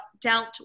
dealt